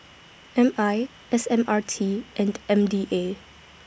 M I S M R T and M D A